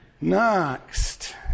Next